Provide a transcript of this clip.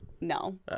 no